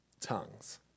tongues